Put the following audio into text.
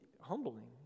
humbling